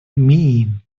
mean